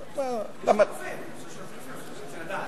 למה, אני רוצה לשתות קפה,